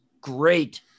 Great